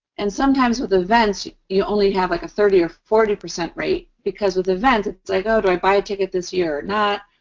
and sometimes with events, you only have like a thirty or forty percent rate because with events, it's like, oh, do i buy a ticket this year not?